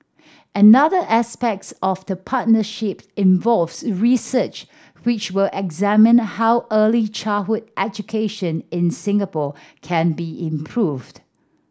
another aspects of the partnership involves research which will examine how early childhood education in Singapore can be improved